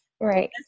right